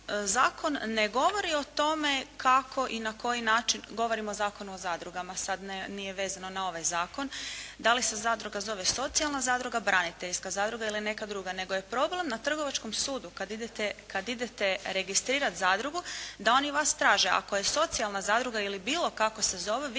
ne govori o tome kako i na koji način, govorim o Zakonu o zadrugama, sad nije vezano na ovaj zakon, da li se zadruga zove socijalna zadruga, braniteljska zadruga ili neka druga, nego je problem na Trgovačkom sudu kad idete registrirati zadrugu da oni vas traže ako je socijalna zadruga ili bilo kako se zove